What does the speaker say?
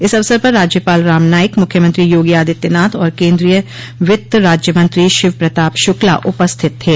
इस अवसर पर राज्यपाल राम नाइक मुख्यमंत्री यागी आदित्यनाथ और केन्द्रीय वित्त राज्य मंत्री शिवप्रताप श्रक्ला उपस्थित थे